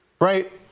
Right